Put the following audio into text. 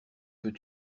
peux